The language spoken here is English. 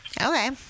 Okay